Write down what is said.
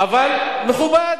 אבל מכובד,